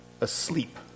asleep